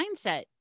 mindset